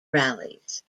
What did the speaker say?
rallies